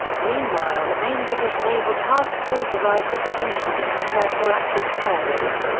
meanwhile the main british naval task force arrived at ascension to prepare for active service.